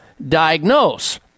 diagnose